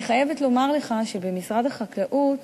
אני חייבת לומר לך שבמשרד החקלאות,